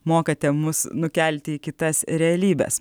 mokate mus nukelti į kitas realybes